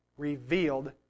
revealed